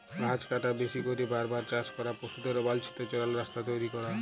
গাহাচ কাটা, বেশি ক্যইরে বার বার চাষ ক্যরা, পশুদের অবাল্ছিত চরাল, রাস্তা তৈরি ক্যরা